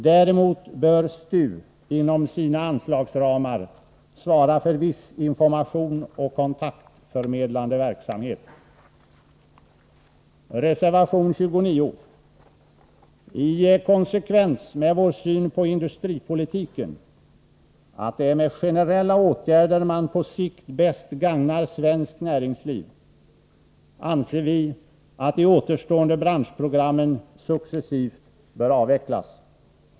Däremot bör STU inom sina anslagsramar svara för viss information och kontaktförmedlande verksamhet. Reservation 29. I konsekvens med vår syn på industripolitiken — att det är med generella åtgärder man på sikt bäst gagnar svenskt näringsliv — anser vi att de återstående branschprogrammen successivt bör avvecklas.